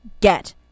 get